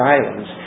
Islands